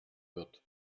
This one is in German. wird